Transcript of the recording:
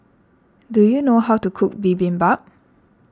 do you know how to cook Bibimbap